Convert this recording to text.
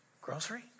grocery